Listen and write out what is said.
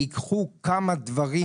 ייקחו כמה דברים,